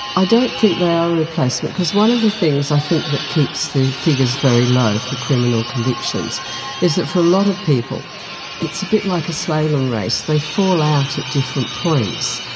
i don't think they are a replacement, because one of the things i think that keeps the figures very low for criminal convictions is that for a lot of people it's a bit like a slalom race, they fall out at different points.